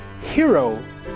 hero